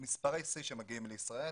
שמגיעים לישראל.